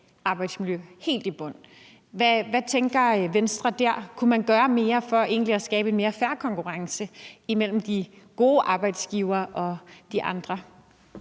arbejdsmiljø helt i bund. Hvad tænker Venstre der? Kunne man gøre mere for at skabe en mere fair konkurrence imellem de gode arbejdsgivere og de andre?